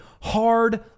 hard